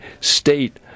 State